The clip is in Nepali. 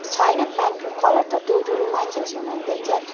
छैन पेन्टको कलर त त्योहरू पनि मान्छेको छेउमा बेइज्जत